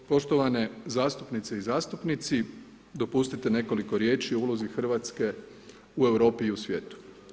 Poštovane zastupnice i zastupnici, dopustite nekoliko riječi o ulozi Hrvatske u Europi i u svijetu.